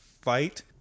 fight